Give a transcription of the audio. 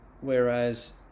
Whereas